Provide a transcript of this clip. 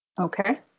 Okay